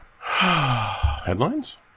Headlines